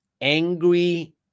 angry